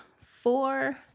four